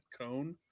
cone